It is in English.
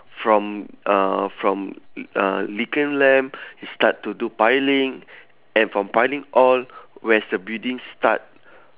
from uh from uh weaken land you start to do piling and from piling all where's the building start